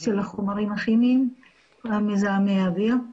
של החומרים הכימיים מזהמי האוויר.